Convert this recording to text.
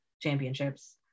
championships